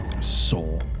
soul